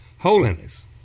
Holiness